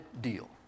deal